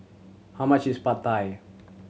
how much is Pad Thai